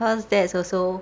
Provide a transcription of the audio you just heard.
cause that's also